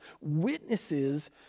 witnesses